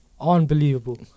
Unbelievable